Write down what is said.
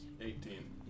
Eighteen